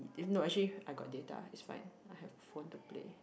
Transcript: if not actually I got data is fine I have phone to play